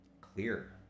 clear